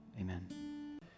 Amen